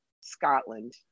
Scotland